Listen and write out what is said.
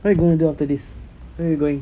what we gonna do after this where we going